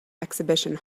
exhibition